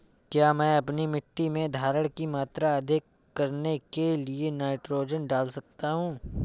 क्या मैं अपनी मिट्टी में धारण की मात्रा अधिक करने के लिए नाइट्रोजन डाल सकता हूँ?